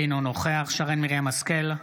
אינו נוכח שרן מרים השכל,